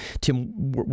Tim